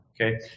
Okay